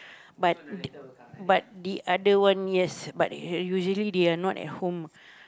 but but the other one yes but usually they are not at home